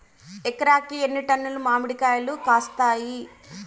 ఎకరాకి ఎన్ని టన్నులు మామిడి కాయలు కాస్తాయి?